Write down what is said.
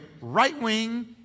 right-wing